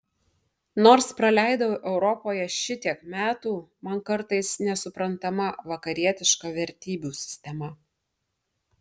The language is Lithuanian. nors praleidau europoje šitiek metų man kartais nesuprantama vakarietiška vertybių sistema